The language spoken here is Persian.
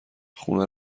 خونه